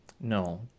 No